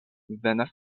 venas